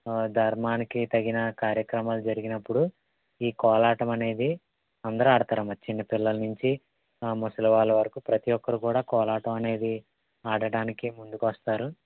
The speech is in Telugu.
ధర్మానికి తగిన కార్యక్రమాలు జరిగినప్పుడు ఈ కోలాటం అనేది అందరూ ఆడతారమ్మ చిన్న పిల్లల నుంచి ముసలి వాళ్ళ వరకు ప్రతి ఒక్కరు కూడా కోలాటం అనేది ఆడటానికి ముందుకు వస్తారు